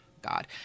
God